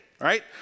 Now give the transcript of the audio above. right